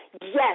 yes